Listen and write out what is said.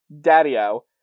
Daddy-O